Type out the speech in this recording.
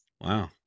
Wow